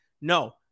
No